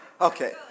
Okay